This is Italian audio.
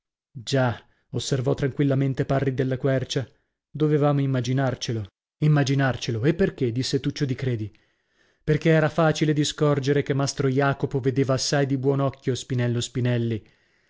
già osservò tranquillamente parri della quercia dovevamo immaginarcelo immaginarcelo e perchè disse tuccio di credi perchè era facile di scorgere che mastro jacopo vedeva assai di buon occhio spinello spinelli